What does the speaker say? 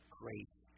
grace